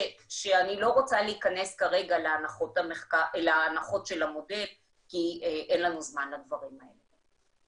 שאני לא רוצה להיכנס כרגע להנחות של המודל כי אין לנו זמן לדברים האלה.